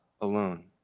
alone